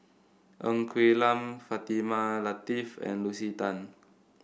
Ng Quee Lam Fatimah Lateef and Lucy Tan